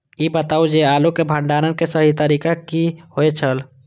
ई बताऊ जे आलू के भंडारण के सही तरीका की होय छल?